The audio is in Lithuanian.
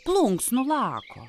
plunksnų lako